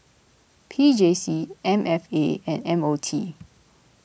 P J C M F A and M O T